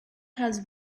has